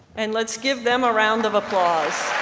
and let's give them a round of applause.